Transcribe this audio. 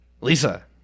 Lisa